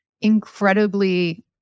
incredibly